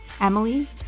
Emily